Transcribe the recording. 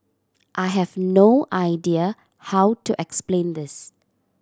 I have no idea how to explain this